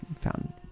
found